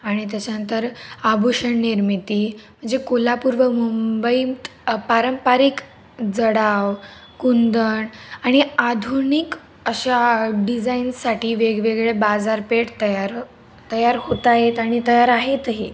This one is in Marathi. आणि त्याच्यानंतर आभूषण निर्मिती म्हणजे कोल्हापूर व मुंबईत पारंपरिक जडाव कुंदन आणि आधुनिक अशा डिजाईन्साठी वेगवेगळे बाजारपेठ तयार तयार होत आहेत आणि तयार आहेतही